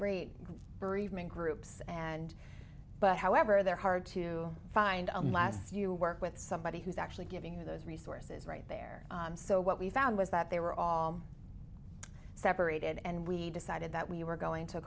great bereavement groups and but however they're hard to find last you work with somebody who's actually giving you those resources right there so what we found was that they were all separated and we decided that we were going to